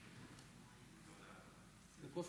יצחק,